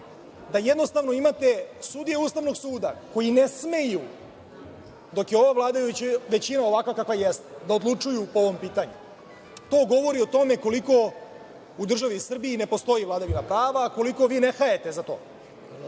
da jednostavno imate sudije Ustavnog suda koje ne smeju, dok je ova vladajuća većina ovakva kakva jeste, da odlučuju po ovom pitanju. To govori o tome koliko u državi Srbiji ne postoji vladavina prava, a koliko vi ne hajete za